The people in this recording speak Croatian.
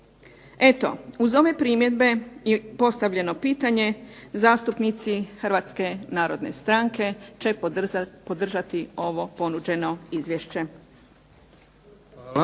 Eto, uz ove primjedbe je postavljeno pitanje. Zastupnici Hrvatske narodne stranke će podržati ovo ponuđeno izvješće.